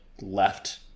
left